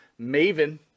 Maven